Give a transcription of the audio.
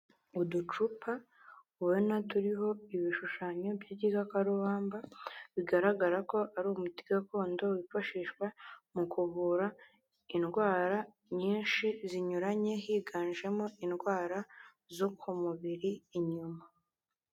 Uducupa ubona turiho ibishushanyo by'ikikarubamba bigaragara ko ari umuti gakondo wifashishwa mu gu kuvura indwara nyinshi zinyuranye higanjemo indwara zo ku mubiri inyuma.